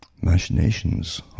machinations